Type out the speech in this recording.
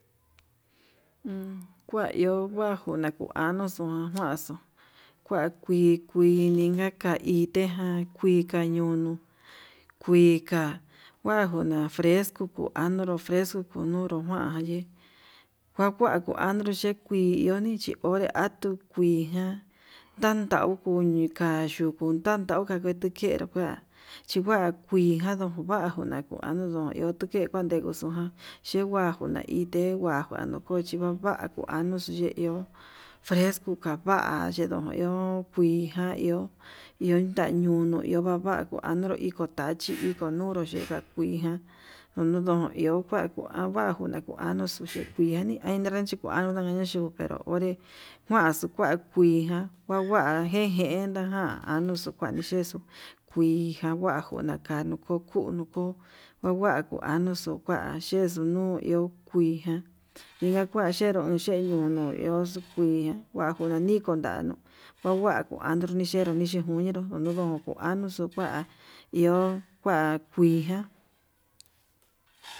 En kua iho bajuu nakuan nuxua nanjuaxu kua kui kuinin, ñaka itejan kuii kañono kuika kuatuna frecu kuu anunru frescu kununru njuan naye'e kua kuan kua nuu ye'e kui iho nen, xhiore atuu kuijan tandau kuu nika yukuu kandau katu tukenru kua xhi kua njugado kua kunakuatu tu iho kuaneduxu ján xhikua kuna ite'e tengua njuanu kochijan kua kuanuu chu he iho, fresco kava'a yedon n iho kuijan iho, iho ta ñunuu iho vava'a kuanduru iko tachí iko nuru xhika kuii ña nodon iho kua, kuavaju nukuanu nuxhikuini ha indachi kuanuu nda'a ndana xhukenro onré kua xukua kuiján, kuava nguen nguen ndaján ndanuxu kuanixhexu kuii kavaju nakuanu, kokunu ko'o kua hua juanuxu kua xhexuu no iho kuijan na kua yenrón xhe na'a no iho xuu kuijan kuadikon xhenuu kua hua juanduu nixheru chekunidon nodon kua kuanuxu kua iho kua kuii ján.